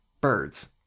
birds